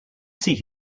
see